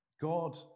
God